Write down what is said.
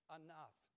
enough